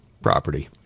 property